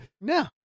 no